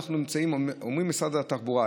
אומרים במשרד התחבורה,